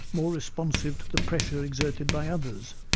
more responsive to the pressure exerted by others,